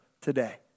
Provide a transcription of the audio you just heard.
today